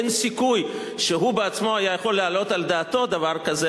אין סיכוי שהוא בעצמו היה יכול להעלות על דעתו דבר כזה.